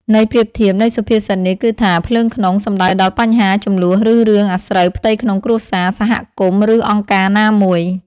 ន័យប្រៀបធៀបនៃសុភាសិតនេះគឺថា ភ្លើងក្នុង សំដៅដល់បញ្ហា ជម្លោះ ឬរឿងអាស្រូវផ្ទៃក្នុងគ្រួសារ សហគមន៍ ឬអង្គការណាមួយ។